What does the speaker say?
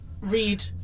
read